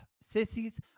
Sissies